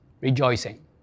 rejoicing